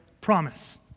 promise